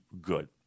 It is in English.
good